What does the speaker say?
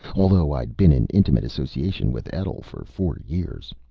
although i'd been in intimate association with etl for four years.